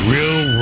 Real